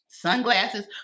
sunglasses